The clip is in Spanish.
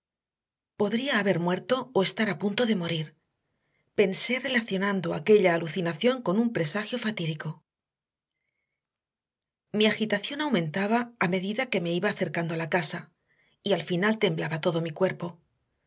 podría haber muerto o estar a punto de morir pensé relacionando aquella alucinación con un presagio fatídico mi agitación aumentaba a medida que me iba acercando a la casa y al final temblaba todo mi cuerpo